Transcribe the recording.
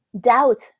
Doubt